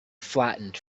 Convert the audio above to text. flattened